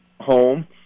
home